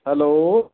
hello